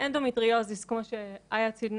אז מכיוון שזה גם דיון